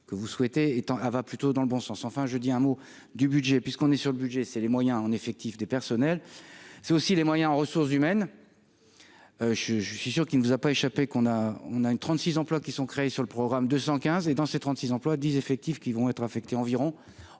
que vous souhaitez étant va plutôt dans le bon sens, enfin je dis un mot du budget puisqu'on est sur le budget, c'est les moyens en effectifs des personnels, c'est aussi les moyens en ressources humaines, je suis, je suis sûr qu'il ne vous a pas échappé qu'on a, on a une 36 emplois qui sont créés sur le programme de 215 et dans ces 36 emplois des effectifs qui vont être affectés environ